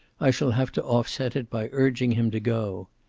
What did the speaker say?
i shall have to offset it by urging him to go.